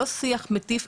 לא שיח מטיף,